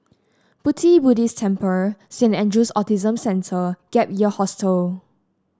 Pu Ti Buddhist Temple Saint Andrew's Autism Centre Gap Year Hostel